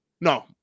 no